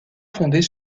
fondés